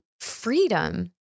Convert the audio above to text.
freedom